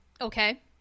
Okay